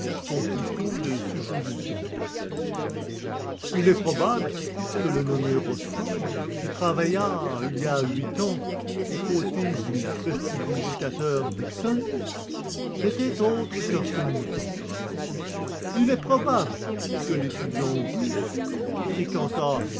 sont plutôt des suppositions il est probable que le nommé rostat qui travailla il y a huit ans aux côtés du prestidigitateur dickson n'était autre qu'arsène lupin il est probable que l'étudiant russe qui fréquenta